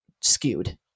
skewed